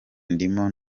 ndimo